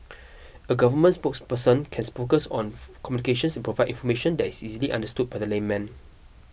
a government spokesperson cans focus on communications and provide information that is easily understood by the layman